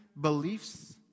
beliefs